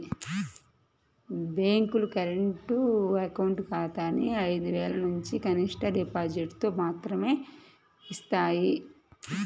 బ్యేంకులు current account ఖాతాని ఐదు వేలనుంచి కనిష్ట డిపాజిటుతో మాత్రమే యిస్తాయి